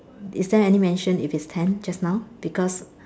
is there any mention if it's ten just now because